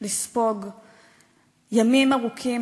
לספוג ימים ארוכים,